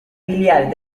filial